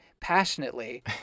passionately